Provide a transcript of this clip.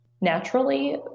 naturally